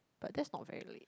but that's not very late